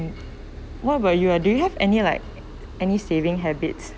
what about you ah do you have any like any saving habits